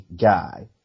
guy